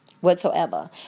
Whatsoever